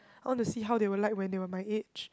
I want to see how they were like when they were my age